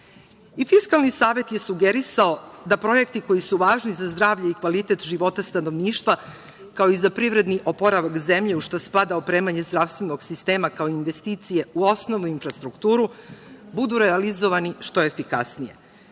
Fiskalni savet je sugerisao da projekti koji su važni za zdravlje i kvalitet života stanovništva, kao i za privredni oporavak zemlje u šta spada opremanje zdravstvenog sistema kao investicije u osnovnu infrastrukturu, budu realizovani što efikasnije.